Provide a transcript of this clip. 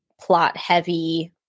plot-heavy